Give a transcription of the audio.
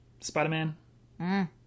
Spider-Man